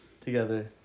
together